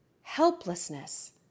helplessness